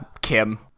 kim